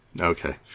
Okay